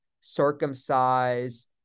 Circumcise